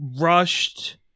rushed